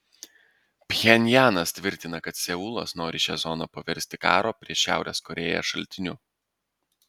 pchenjanas tvirtina kad seulas nori šią zoną paversti karo prieš šiaurės korėją šaltiniu